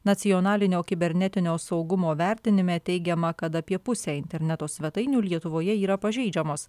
nacionalinio kibernetinio saugumo vertinime teigiama kad apie pusė interneto svetainių lietuvoje yra pažeidžiamos